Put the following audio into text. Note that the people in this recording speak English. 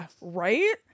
right